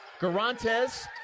Garantes